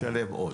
תשלם עוד.